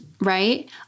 right